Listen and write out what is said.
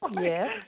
Yes